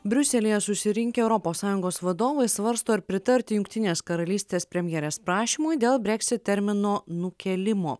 briuselyje susirinkę europos sąjungos vadovai svarsto ar pritarti jungtinės karalystės premjerės prašymui dėl brexit termino nukėlimo